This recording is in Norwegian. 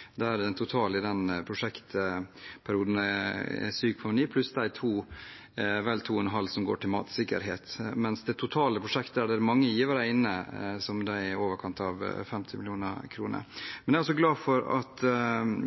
i prosjektperioden er 7,9 mill. kr pluss de vel 2,5 mill. kr som går til matsikkerhet. Men det totale prosjektet, der det er mange givere inne, er i overkant av 50 mill. kr. Jeg er også glad for at